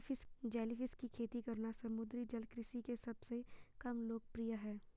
jellyfish की खेती करना समुद्री जल कृषि के सबसे कम लोकप्रिय है